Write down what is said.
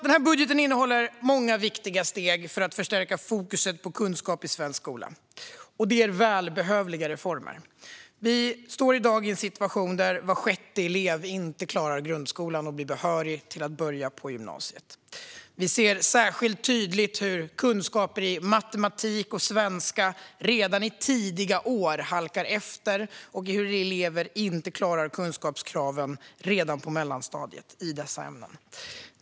Denna budget innehåller många viktiga steg för att förstärka fokuset på kunskap i svensk skola, och det är välbehövliga reformer. Vi har i dag en situation där var sjätte elev inte klarar grundskolan och därmed inte blir behörig till att börja på gymnasiet. Vi ser särskilt tydligt hur kunskaper i matematik och svenska redan i tidiga år halkar efter och hur elever redan på mellanstadiet inte klarar kunskapskraven i dessa ämnen.